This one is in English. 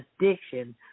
addiction